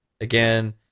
again